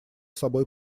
собой